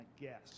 guess